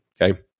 Okay